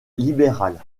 libéral